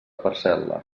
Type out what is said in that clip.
parcel·la